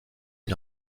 une